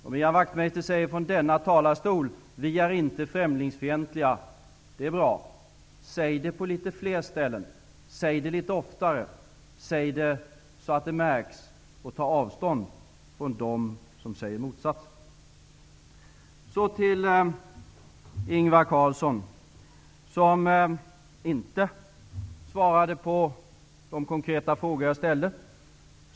Om Ian Wachtmeister från denna talarstol säger att Ny demokrati inte är främlingsfientliga är det bra. Säg det på litet fler ställen! Säg det litet oftare! Säg det så att det märks, och ta avstånd från dem som säger motsatsen! Låt mig sedan gå över till Ingvar Carlsson, som inte svarade på de konkreta frågor jag ställde.